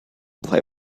play